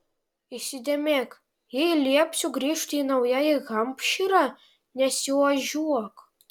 įsidėmėk jei liepsiu grįžti į naująjį hampšyrą nesiožiuok